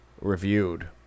reviewed